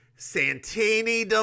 Santini